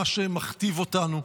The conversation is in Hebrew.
מה שמכתיב אותנו,